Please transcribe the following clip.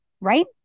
right